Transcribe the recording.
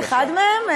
את אחת מהם,